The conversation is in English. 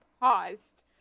paused